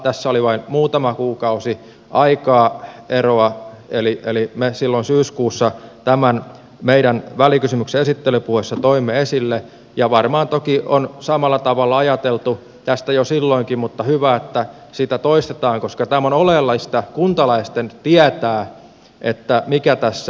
tässä oli vain muutama kuukausi aikaeroa eli me silloin syyskuussa tämän meidän välikysymyksemme esittelypuheessa toimme esille ja varmaan toki on samalla tavalla ajateltu tästä jo silloinkin mutta hyvä että sitä toistetaan koska tämä on oleellista kuntalaisten tietää mikä tässä on takana